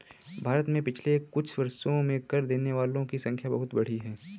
भारत में पिछले कुछ वर्षों में कर देने वालों की संख्या बहुत बढ़ी है